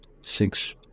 Six